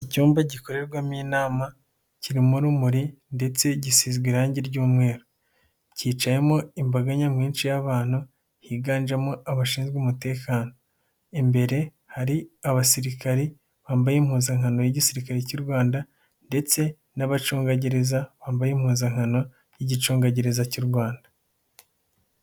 Icyumba gikorerwamo, inama kirimo urumuri ndetse gisizwe irangi ry'umweru, cyicayemo imbaga nyamwinshi y'abantu, higanjemo abashinzwe umutekano. Imbere hari abasirikare bambaye impuzankano y'igisirikare cy'u Rwanda, ndetse n'abacungagereza bambaye impuzankano y'igicungagereza cy'u Rwanda.